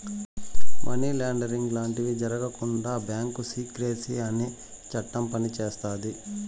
money laundering లాంటివి జరగకుండా bank secrecy అనే చట్టం పనిచేస్తాది